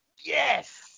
Yes